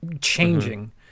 changing